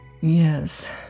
Yes